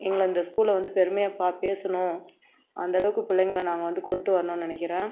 எங்களை இந்த ஸ்கூலில் வந்து பெருமையாக பாக் பேசணும் அந்தளவுக்கு பிள்ளைங்கள நாங்கள் வந்து கொண்டு வர்ணும்னு நினைக்கிறேன்